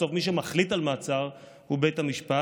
בסוף מי שמחליט על מעצר הוא בית המשפט.